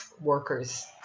workers